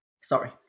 Sorry